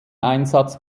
einsatz